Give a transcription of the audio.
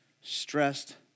stressed